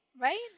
right